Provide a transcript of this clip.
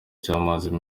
cy’amazi